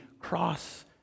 cross